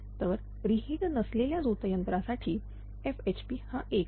तर reheat नसलेल्या झोत यंत्रासाठी FHP हा 1